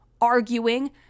arguing